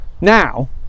now